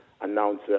announce